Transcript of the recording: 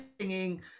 singing